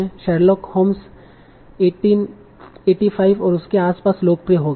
Sherlock Holmes 1885 और उसके आसपास लोकप्रिय हो गये